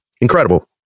Incredible